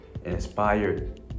Inspired